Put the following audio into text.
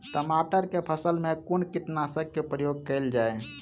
टमाटर केँ फसल मे कुन कीटनासक केँ प्रयोग कैल जाय?